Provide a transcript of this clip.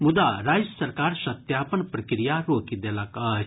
मुदा राज्य सरकार सत्यापन प्रक्रिया रोकि देलक अछि